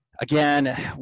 Again